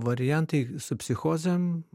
variantai su psichozėm